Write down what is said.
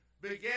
began